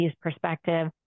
perspective